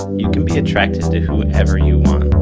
you can be attracted to whoever you want.